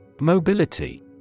Mobility